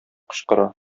кычкыра